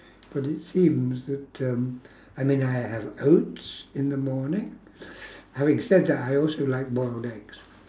but it seems that um I mean I have oats in the morning having said that I also like boiled eggs